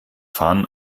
fahren